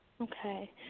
Okay